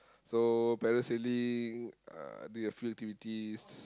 so parasailing uh do a few activities